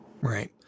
Right